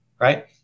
Right